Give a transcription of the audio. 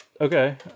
okay